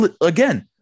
again